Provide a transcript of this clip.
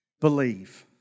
believe